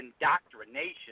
indoctrination